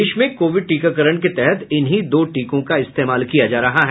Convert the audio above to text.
देश में कोविड टीकाकरण के तहत इन्हीं दो टीकों का इस्तेमाल किया जा रहा है